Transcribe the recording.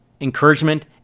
encouragement